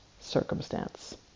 circumstance